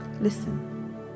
Listen